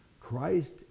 Christ